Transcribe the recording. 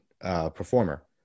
performer